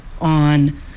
on